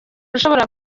ushobora